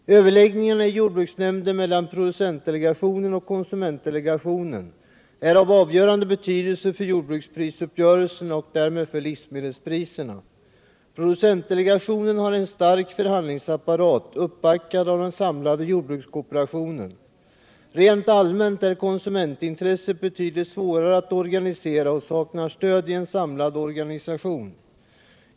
Överläggningarna i jordbruksnämnden mellan producentdelegationen och konsumentdelegationen är av avgörande betydelse för jordbruksprisuppgörelserna och därmed för livsmedelspriserna. Producentdelegationen har en stark förhandlingsapparat, uppbackad av den samlade jordbrukskooperationen. Konsumentintresset är rent allmänt betydligt svårare att organisera och saknar stöd i en samlad organisation.